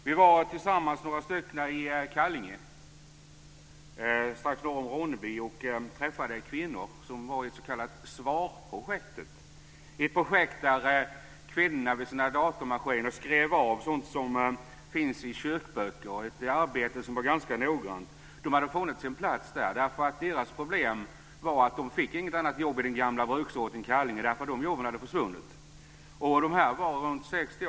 Vi var några stycken som besökte Kallinge strax norr om Ronneby. Där träffade vi kvinnor i SVAR-projektet, där de vid datamaskiner skrev av det som står i kyrkböcker. Det är ett arbete som ska göras noggrant. De hade funnit sin plats. Deras problem var att de inte fick något annat jobb i den gamla bruksorten Kallinge. De jobben hade försvunnit. Många av dem var runt 60.